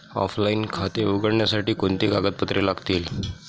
Offline खाते उघडण्यासाठी कोणती कागदपत्रे लागतील?